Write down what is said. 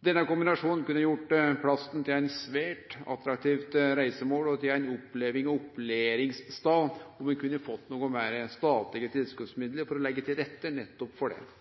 Denne kombinasjonen kunne gjort plassen til eit svært attraktivt reisemål og ein opplevings- og opplæringsstad om ein kunne fått noko meir statlege tilskotsmidlar for å leggje til rette for nettopp det,